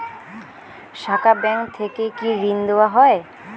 শাখা ব্যাংক থেকে কি ঋণ দেওয়া হয়?